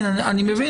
אני בין.